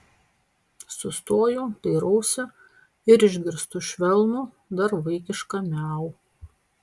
sustoju dairausi ir išgirstu švelnų dar vaikišką miau